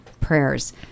prayers